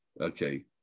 Okay